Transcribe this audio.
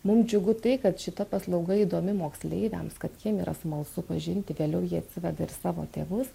mum džiugu tai kad šita paslauga įdomi moksleiviams kad jiem yra smalsu pažinti vėliau jie atsiveda ir savo tėvus